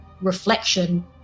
reflection